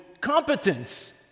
competence